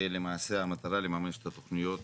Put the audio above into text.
ולמעשה המטרה לממש את התכניות,